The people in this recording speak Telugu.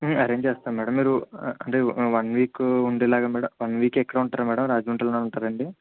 అరెంజ్ చేస్తాము మేడం మీరు అంటే మీరు వన్ వీక్ ఉండేలాగా మేడం వన్ వీక్ ఎక్కడ ఉంటారు మేడం రాజమండ్రిలోనే ఉంటారా అండి